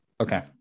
Okay